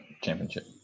championship